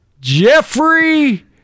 jeffrey